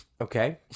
Okay